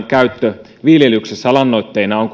käyttö viljelyksessä lannoitteena on